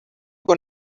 con